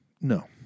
No